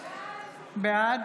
בעד